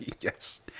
yes